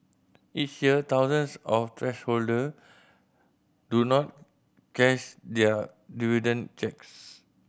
each year thousands of shareholder do not cash their dividend cheques